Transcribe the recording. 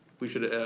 we should,